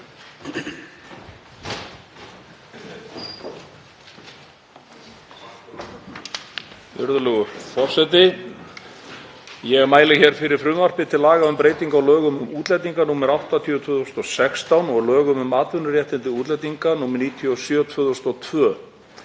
Virðulegur forseti. Ég mæli hér fyrir frumvarpi til laga um breytingu á lögum um útlendinga, nr. 80/2016, og lögum um atvinnuréttindi útlendinga, nr. 97/2002.